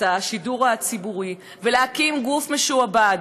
את השידור הציבורי ולהקים גוף משועבד,